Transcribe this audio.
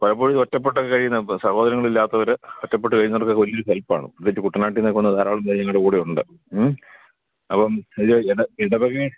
പലപ്പോഴും ഈ ഒറ്റപ്പെട്ടൊക്കെ കഴിയുന്ന സഹോദരങ്ങളില്ലാത്തവര് ഒറ്റപ്പെട്ട് കഴിയുന്നവർക്കൊക്കെ വല്ല്യൊരു ഹെൽപ്പാണ് പ്രത്യേകിച്ച് കുട്ടനാട്ടീന്നൊക്കെ വന്ന് ധാരാളം പേര് ഞങ്ങളുടെകൂടെയുണ്ട് ഉം അപ്പോള് ഇടവകയിൽ